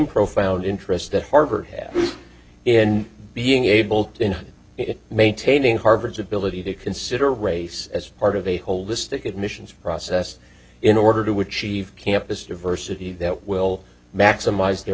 profound interest that harvard had in being able to maintaining harvard's ability to consider race as part of a holistic admissions process in order to achieve campus diversity that will maximize their